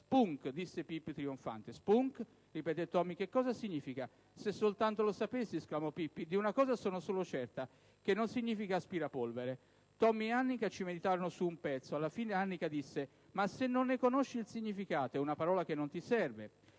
"Spunk!" disse Pippi, trionfante. "Spunk?", ripeté Tommy. "Che cosa significa?". "Se soltanto lo sapessi!", esclamò Pippi. "Di una sola cosa sono certa: che non significa aspirapolvere". Tommy ed Annika ci meditarono su un pezzo. Alla fine Annika disse: "Ma se non ne conosci il significato, è una parola che non ti serve!".